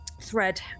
thread